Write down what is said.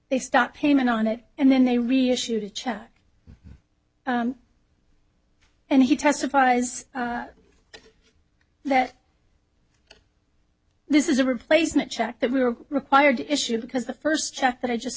they stopped payment on it and then they reissued a check and he testifies that this is a replacement check that we were required to issue because the first check that i just